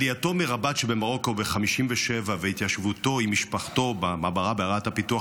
עלייתו מרבאט שבמרוקו ב-1957 והתיישבותו עם משפחתו במעברה בעיירת הפיתוח